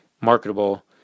marketable